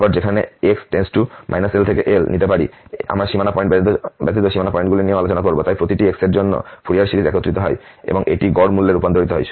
তারপর আমরা যেকোনো x∈ L L নিতে পারি আমরা সীমানা পয়েন্ট ব্যতীত সীমানা পয়েন্টগুলি নিয়েও আলোচনা করব তাই প্রতিটি x এর জন্য ফুরিয়ার সিরিজ একত্রিত হয় এবং এটি গড় মূল্যে রূপান্তরিত হয়